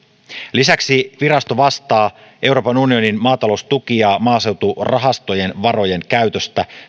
lisäksi virasto vastaa euroopan unionin maataloustukien ja maaseuturahaston varojen käytöstä